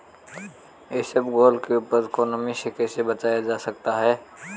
इसबगोल की उपज को नमी से कैसे बचाया जा सकता है?